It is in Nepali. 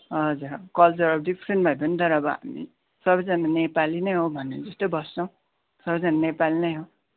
हजुर कल्चरहरू डिफ्रेन्ट भए पनि तर अब हामी सबैजना नेपाली नै हौँ भने जस्तै बस्छौँ सबैजना नेपाली नै हो